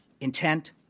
intent